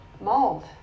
Mold